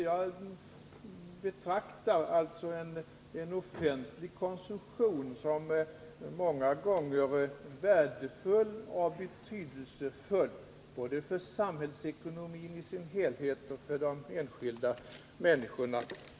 Jag betraktar en offentlig konsumtion som många gånger värdefull och betydelsefull, både för samhällsekonomin i dess helhet och för de enskilda människorna.